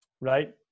right